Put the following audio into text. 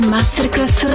Masterclass